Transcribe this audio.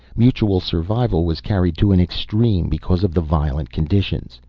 mutual survival was carried to an extreme because of the violent conditions.